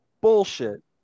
Bullshit